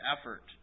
effort